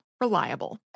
Reliable